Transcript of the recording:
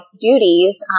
duties